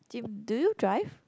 did do you drive